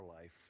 life